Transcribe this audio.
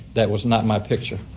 that was not my picture